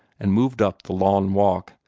and moved up the lawn walk,